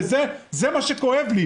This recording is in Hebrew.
מה שכואב לי.